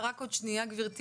עוד רגע.